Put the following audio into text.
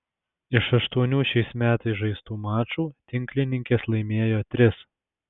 iš aštuonių šiais metais žaistų mačų tinklininkės laimėjo tris